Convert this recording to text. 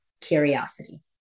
curiosity